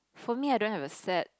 for me I don't have a sad